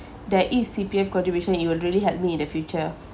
there is C_P_F contribution it will really help me in the future